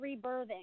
rebirthing